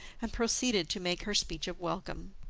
and proceeded to make her speech of welcome.